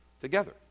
together